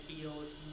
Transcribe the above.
feels